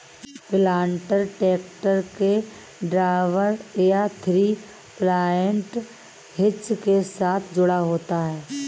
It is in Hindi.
प्लांटर ट्रैक्टर से ड्रॉबार या थ्री पॉइंट हिच के साथ जुड़ा होता है